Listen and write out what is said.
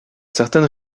certaines